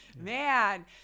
Man